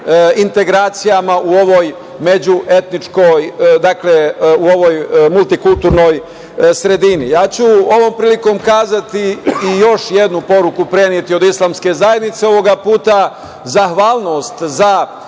integracijama u ovoj multikulturnoj sredini. Ja ću ovom prilikom kazati i još jednu poruku preneti od islamske zajednice, ovoga puta zahvalnost za